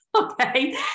Okay